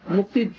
Mukti